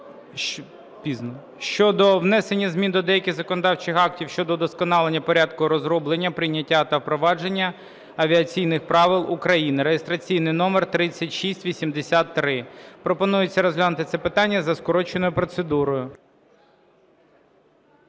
про внесення змін до деяких законодавчих актів щодо удосконалення порядку розроблення, прийняття та впровадження авіаційних правил України (реєстраційний номер 3683). Пропонується розглянути це питання за скороченою процедурою.